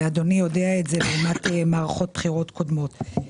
אדוני יודע את זה ממערכות בחירות קודמות.